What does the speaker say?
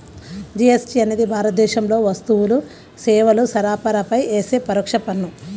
GST అనేది భారతదేశంలో వస్తువులు, సేవల సరఫరాపై యేసే పరోక్ష పన్ను